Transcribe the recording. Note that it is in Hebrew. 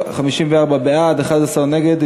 54 בעד, 11 נגד.